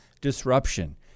disruption